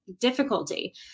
difficulty